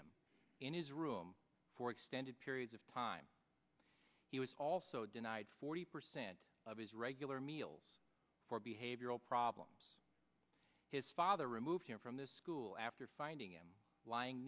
him in his room for extended periods of time he was also denied forty percent of his regular meals for behavioral problems his father removed him from this school after finding him lying